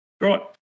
Right